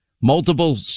Multiple